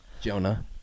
Jonah